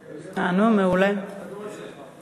הבא, ייחדנו לזה זמן.